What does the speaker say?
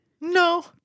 No